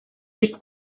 дип